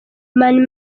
mani